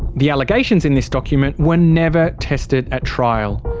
the allegations in this document were never tested at trial.